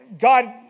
God